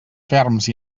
ferms